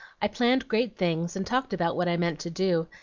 i planned great things, and talked about what i meant to do,